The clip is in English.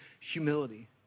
humility